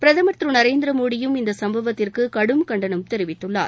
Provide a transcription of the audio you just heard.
பிரதமர் திரு நரேந்திர மோடியும் இந்த சம்பவத்திற்கு கடும் கண்டனம் தெரிவித்துள்ளார்